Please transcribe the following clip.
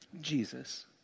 Jesus